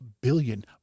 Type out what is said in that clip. billion